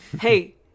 Hey